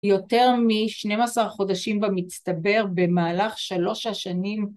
יותר מ-12 חודשים במצטבר במהלך שלוש השנים